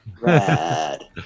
rad